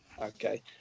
Okay